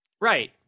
Right